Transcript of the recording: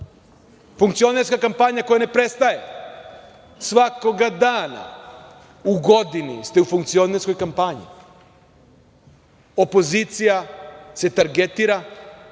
glasova. Funkcionerska kampanja koja ne prestaje. Svakoga dana u godini ste u funkcionerskoj kampanji. Opozicija se targetira,